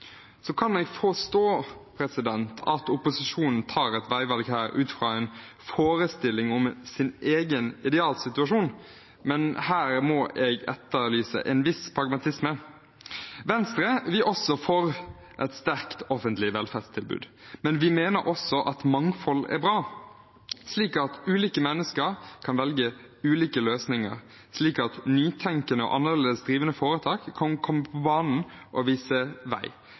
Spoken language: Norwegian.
Så kan jeg forstå at opposisjonen tar et veivalg her ut fra en forestilling om sin egen idealsituasjon, men her må jeg etterlyse en viss pragmatisme. Venstre er for et sterkt offentlig velferdstilbud, men vi mener også at mangfold er bra, slik at ulike mennesker kan velge ulike løsninger, slik at nytenkende og annerledesdrivende foretak kan komme på banen og vise vei